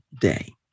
day